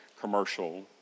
commercial